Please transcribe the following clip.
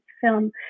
film